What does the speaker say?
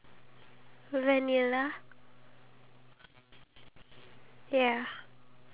uh you know tea is very healthy for you because it detox your body